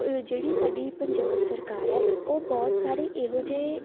ਜਿਹੜੀ ਸਾਡੀ ਪੰਜਾਬੀ ਸਰਕਾਰ ਹੈ ਉਹ ਬਹੁਤ ਸਾਰੇ ਇਹੋ ਜਿਹੇ